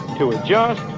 to adjust,